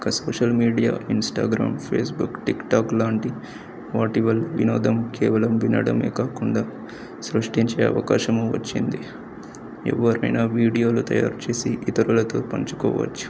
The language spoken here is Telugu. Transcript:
ఒక social media Instagram Facebook TikTok లాంటి వాటి వల వినోదం కేవలం వినడమే కాకుండా సృష్టించే అవకాశము వచ్చింది ఎవ్వరైనా వీడియోలు తయారు చేేసి ఇతరులతో పంచుకోవచ్చు